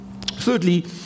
Thirdly